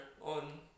on